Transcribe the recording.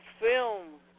film